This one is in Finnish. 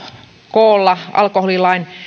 koolla alkoholilain